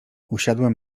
usiadłem